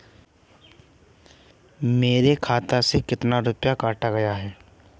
मेरे खाते से कितना रुपया काटा गया है?